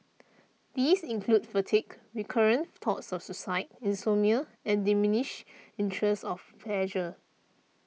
these include fatigue recurrent thoughts of suicide insomnia and diminished interest of pleasure